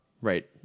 right